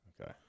Okay